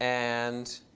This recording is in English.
and